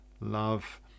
love